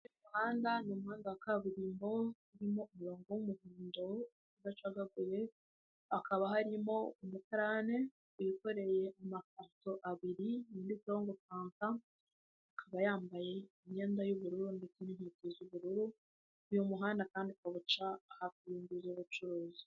Umuhanda ni umuhangahanda wa kaburimbo haririmo umurongo wumuhondo udacagaguye, hakaba harimo umukarani wikoreye amakarito abiri yanditseho ngo Fanta akaba yambaye imyenda yu'ubururu ndetse n'inkweto z'ubururu uyu muhanda kandi ukaba uca hafi y'inzu z'ubucuruzi.